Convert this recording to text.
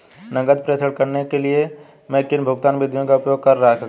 नकद प्रेषण करने के लिए मैं किन भुगतान विधियों का उपयोग कर सकता हूँ?